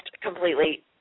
completely